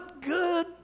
good